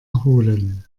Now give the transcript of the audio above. erholen